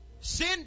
Sin